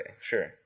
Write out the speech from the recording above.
Sure